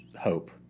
hope